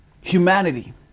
humanity